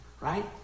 Right